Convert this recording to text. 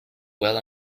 well